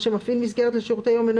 או שמפעיל מסגרת לשירותי יום אינו